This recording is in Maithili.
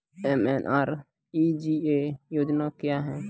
एम.एन.आर.ई.जी.ए योजना क्या हैं?